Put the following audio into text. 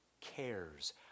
cares